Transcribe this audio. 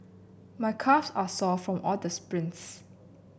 my calves are sore from all the sprints